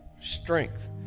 strength